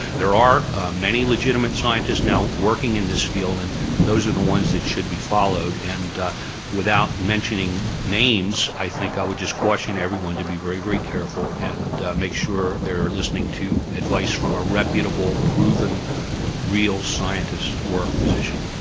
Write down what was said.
there are many legitimate scientists now working in this field and those are the ones that should be followed and without mentioning names i think i would just caution everyone to be very, very careful and make sure they are listening to advice from a reputable proven real scientist or physician.